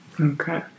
okay